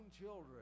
children